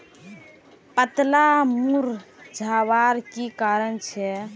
पत्ताला मुरझ्वार की कारण छे?